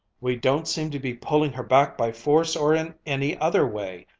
we don't seem to be pulling her back by force or in any other way!